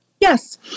Yes